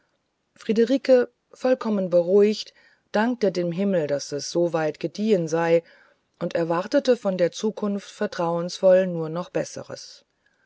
friederike vollkommen beruhigt dankte dem himmel daß es so weit gediehen sei und erwartete von der zukunft vertrauensvoll das noch bessere